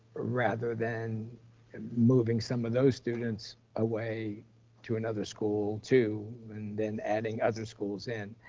rather than moving some of those students away to another school too, and then adding other schools in,